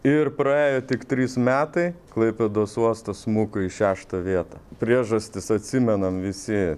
ir praėjo tik trys metai klaipėdos uostas smuko į šeštą vietą priežastis atsimenam visi